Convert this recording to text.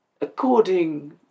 According